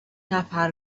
نفر